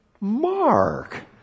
Mark